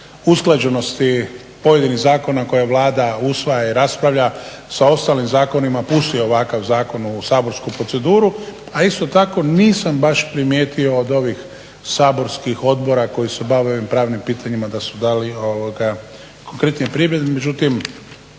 usklađenosti pojedinih zakona koje je Vlada usvaja i raspravlja sa ostalim zakonima pusti ovakav zakon u saborsku proceduru. A isto tako nisam baš primijetio od ovih saborskih odbora koji se bave ovim pravnim pitanjima da su dali konkretnije primjedbe, međutim